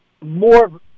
more